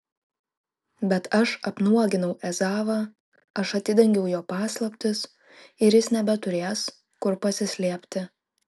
bet aš apnuoginau ezavą aš atidengiau jo paslaptis ir jis nebeturės kur pasislėpti